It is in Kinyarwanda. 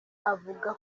avuga